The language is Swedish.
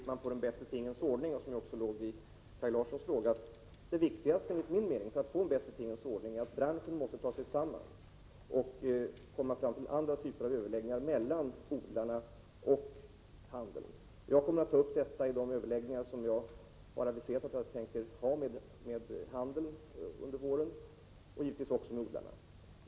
Herr talman! Karl Erik Olsson frågade hur man skall få en bättre tingens ordning, vilket också låg i Kaj Larssons fråga. Det viktigaste är enligt min mening att branschen måste ta sig samman och komma fram till andra typer av överläggningar mellan odlarna och handeln. Jag kommer att ta upp detta i de överläggningar som jag har aviserat att jag tänker ha med handeln under våren, och givetvis också med odlarna.